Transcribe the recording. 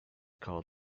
called